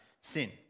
sin